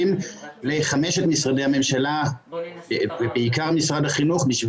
לחמשת משרדי הממשלה ובעיקר משרד החינוך,